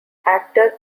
actor